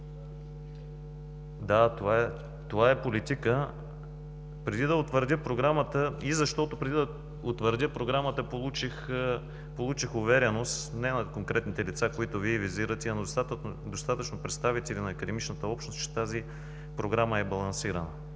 Да, това е политика. Преди да утвърдя Програмата, получих увереност – не на конкретните лица, които Вие визирате, но на достатъчно представители на академичната общност, че тази Програма е балансирана.